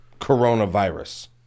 coronavirus